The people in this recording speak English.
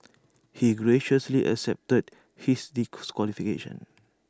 he graciously accepted his